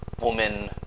woman